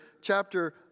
chapter